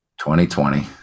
2020